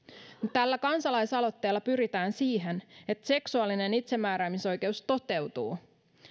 tällä kansalaisaloitteella pyritään siihen että seksuaalinen itsemääräämisoikeus toteutuu